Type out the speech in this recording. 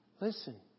Listen